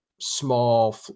small